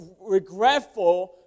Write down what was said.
regretful